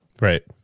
Right